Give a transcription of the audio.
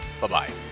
Bye-bye